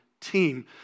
team